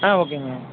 ஆ ஓகேங்க